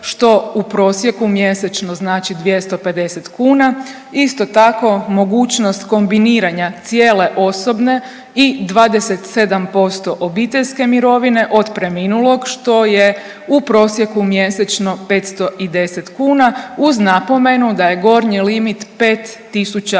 što u prosjeku mjesečno znači 250 kuna, isto tako mogućnost kombiniranja cijele osobne i 27% obiteljske mirovine od preminulog, što je u prosjeku mjesečno 510 kuna uz napomenu da je gornji limit 5850 kuna.